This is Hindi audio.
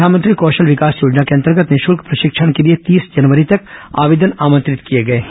प्रधानमंत्री कौशल विकास योजना के अंतर्गत निःशुल्क प्रशिक्षण के लिए तीस जनवरी तक आवेदन आमंत्रित किए गए हैं